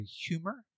humor